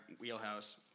wheelhouse